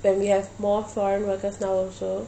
and we have more foreign workers now also